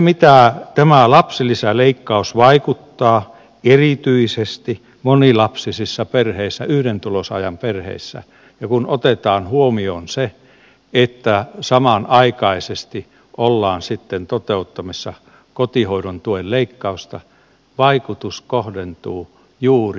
kun tämä lapsilisäleikkaus vaikuttaa erityisesti monilapsisissa perheissä ja yhden tulonsaajan perheissä ja kun otetaan huomioon se että samanaikaisesti ollaan sitten toteuttamassa kotihoidon tuen leikkausta vaikutus kohdentuu juuri samaan joukkoon